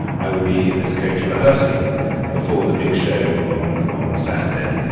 i will be in this coach rehearsing before the big show on on saturday,